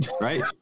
Right